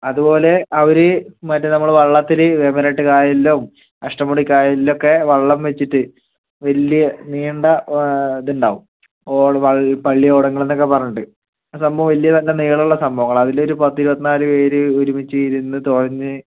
അതുപോലെ അവര് മറ്റേ നമ്മൾ വള്ളത്തിൽ വേമ്പനാട്ടുകായലിലും അഷ്ടമുടി കായലിലുമൊക്കെ വള്ളം വെച്ചിട്ട് വലിയ നീണ്ട ഇത് ഉണ്ടാവും ഓൾ പള്ളിയോളങ്ങൾ എന്നൊക്കെ പറഞ്ഞിട്ട് ആ സംഭവം വലിയ തന്നെ നീളമുള്ള സംഭവങ്ങൾ അതിൽ ഒരു പത്തിരുപത്തിനാല് പേര് ഒരുമിച്ചിരുന്ന് തുഴഞ്ഞ്